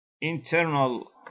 internal